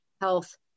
health